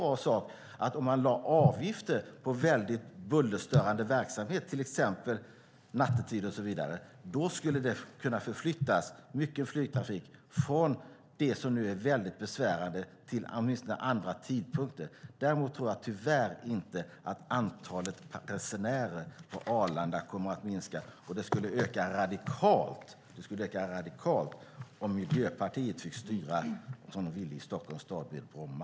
Man skulle kunna lägga avgifter på väldigt bullerstörande verksamhet, till exempel nattetid. Då skulle mycket av den flygtrafik som nu är besvärande åtminstone kunna förflyttas till andra tidpunkter. Däremot tror jag tyvärr inte att antalet resenärer på Arlanda kommer att minska. Och det skulle öka radikalt om Miljöpartiet fick styra som de ville i Stockholms stad när det gäller Bromma.